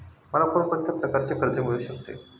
मला कोण कोणत्या प्रकारचे कर्ज मिळू शकते?